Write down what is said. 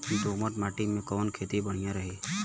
दोमट माटी में कवन खेती बढ़िया रही?